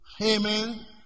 Amen